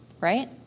right